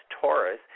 Taurus